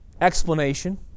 explanation